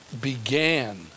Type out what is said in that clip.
began